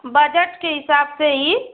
budget के हिसाब से ही